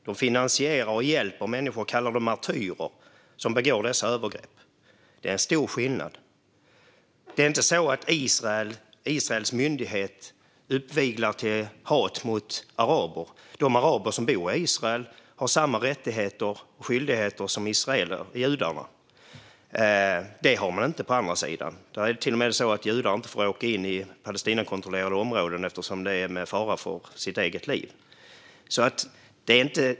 Den finansierar och hjälper människor som begår dessa övergrepp. Den kallar dem för martyrer. Det är en stor skillnad. Israels myndighet uppviglar inte till hat mot araber. De araber som bor i Israel har samma rättigheter och skyldigheter som israelerna, judarna. Det har de inte på andra sidan. Det är till och med så att judar inte får åka in i Palestinakontrollerade områden eftersom det är med fara för sina liv.